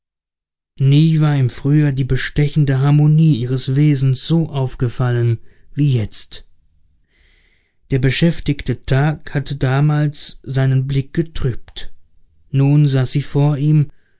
nie war ihm früher die bestechende harmonie ihres wesens so aufgefallen wie jetzt der beschäftigte tag hatte damals seinen blick getrübt nun saß sie vor ihm